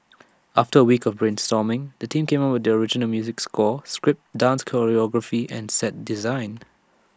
after weeks of brainstorming the team came up with the original music score script dance choreography and set design